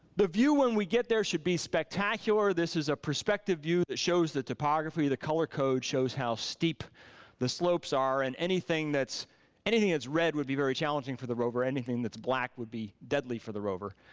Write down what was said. the view when we get there should be spectacular. this is a perspective view that shows the topography, the color code shows how steep the slopes are and anything that's anything that's red would be very challenging for the rover, anything that's black would be deadly for the rover.